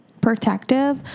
protective